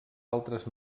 altres